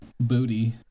Booty